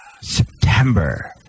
September